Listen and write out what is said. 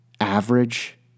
average